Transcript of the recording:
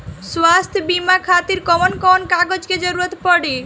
स्वास्थ्य बीमा खातिर कवन कवन कागज के जरुरत पड़ी?